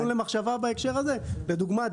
כיוון למחשבה בהקשר הזה לדוגמה,